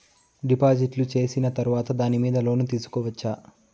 డిపాజిట్లు సేసిన తర్వాత దాని మీద లోను తీసుకోవచ్చా?